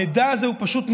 המידע הזה הוא פשוט מטריד,